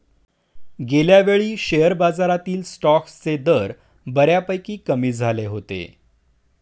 गेल्यावेळी शेअर बाजारातील स्टॉक्सचे दर बऱ्यापैकी कमी झाले होते